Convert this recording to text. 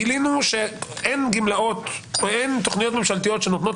גילינו שאין גמלאות או תכניות שנותנות